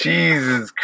Jesus